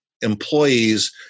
employees